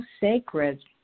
sacred